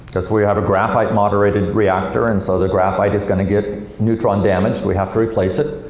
because we have a graphite moderated reactor, and so the graphite is going to get neutron damage. we have to replace it.